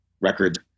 record